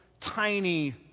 tiny